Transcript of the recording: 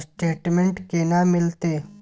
Statement केना मिलते?